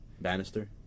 Bannister